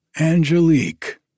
Angelique